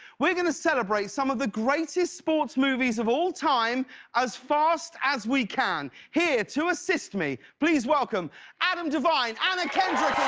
we're going to celebrate some of the greatest sports movies of all time as fast as we can. here to assist me, please welcome adam devine, anna kendrick,